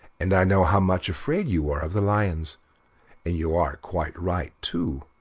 and i know how much afraid you are of the lions and you are quite right too,